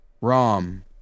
Rom